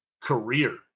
career